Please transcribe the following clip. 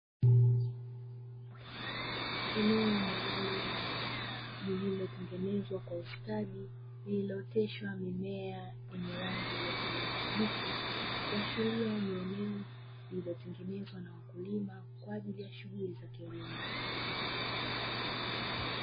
Eneo maalumu lililotengenezwa kwa ustadi lililooteshwa mimea yenye rangi ya kijani kibichi kuashiria ni eneo lililotengenezwa na wakulima kwa ajili ya shughuli za kilimo.